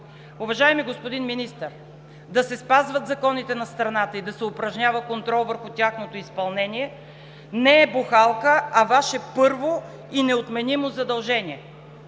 Уважаеми господин Министър, да се спазват законите на страната и да се упражнява контрол върху тяхното изпълнение не е бухалка, а Ваше първо и неотменимо задължение!